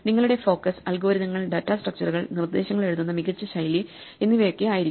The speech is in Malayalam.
നിങ്ങളുടെ ഫോക്കസ് ആൽഗരിതങ്ങൾ ഡേറ്റാസ്ട്രക്ച്ചറുകൾ നിർദ്ദേശങ്ങൾ എഴുതുന്ന മികച്ച ശൈലി എന്നിവയൊക്കെ ആയിരിക്കണം